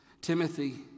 Timothy